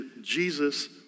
Jesus